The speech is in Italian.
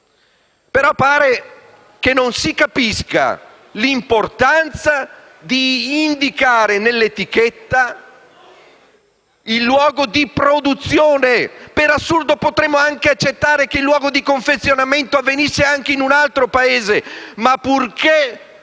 Pare però che non si capisca l'importanza di indicare nelle etichette il luogo di produzione. Per assurdo, potremmo anche accettare che il confezionamento avvenisse in un altro Paese, a